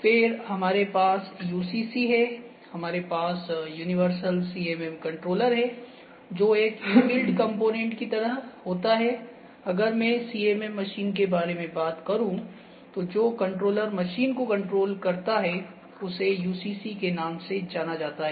फिर हमारे पास UCC है हमारे पास यूनिवर्सल CMM कंट्रोलर है जो एक इनबिल्ट कंपोनेंट की तरह होता है अगर मैं CMM मशीन के बारे में बात करूँ तो जो कंट्रोलर मशीन को कंट्रोलकरता है उसे UCC के नाम से जाना जाता है